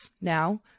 now